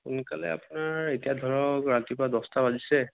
সোনকালে আপোনাৰ এতিয়া ধৰক ৰাতিপুৱা দহটা বাজিছে